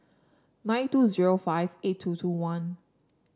nine two zero five eight two two one